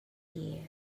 you